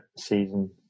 season